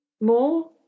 more